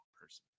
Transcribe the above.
person